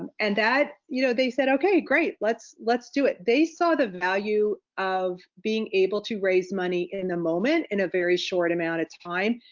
and and that, you know they said, okay, great, let's let's do it. they saw the value of being able to raise money in a moment in a very short amount of time,